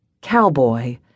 Cowboy